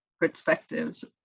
perspectives